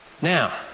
Now